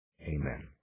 Amen